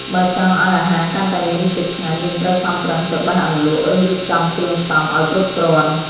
បើចង់ឱ្យអាហារកាន់តែមានរសជាតិឆ្ងាញ់ យើងត្រូវខំប្រឹងទៅបេះអន្លក់ ឬរៀបចំគ្រឿងផ្សំឱ្យគ្រប់គ្រាន់។